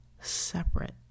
separate